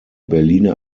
berliner